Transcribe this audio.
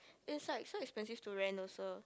is like so expensive to rent also